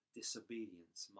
disobedience